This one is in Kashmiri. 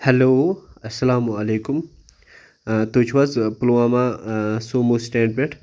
ہیلو اَسلام علیکُم تُہۍ چھِو حظ پُلواما سوٗمو سِٹینڑ پٮ۪ٹھ